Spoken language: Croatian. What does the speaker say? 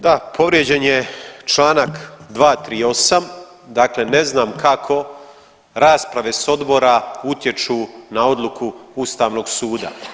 Da, povrijeđen je članak 238., dakle ne znam kako rasprave sa odbora utječu na odluku Ustavnog suda.